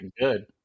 good